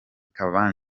kabange